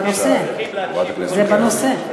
זה בנושא.